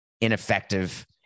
ineffective